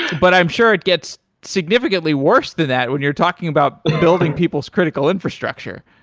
but i'm sure it gets significantly worse than that when you're talking about building people's critical infrastructure.